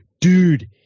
dude